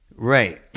Right